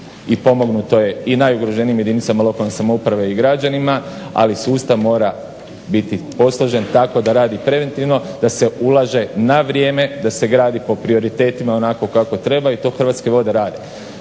i pomognuto je i najugroženijim jedinicama lokalne samouprave i građanima, ali sustav mora biti posložen tako da radi preventivno, da se ulaže na vrijeme, da se gradi po prioritetima onako kako treba i to Hrvatske vode rade.